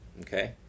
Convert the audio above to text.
Okay